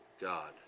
God